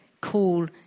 call